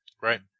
Right